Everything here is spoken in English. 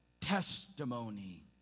testimony